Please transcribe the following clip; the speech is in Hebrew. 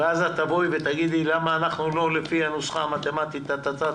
ואז את תבואי ותגידי למה אנחנו לא לפי הנוסחה המתמטית וכולי.